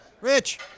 Rich